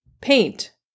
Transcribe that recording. Paint